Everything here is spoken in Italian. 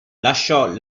lasciò